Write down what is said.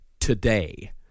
today